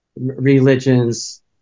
religions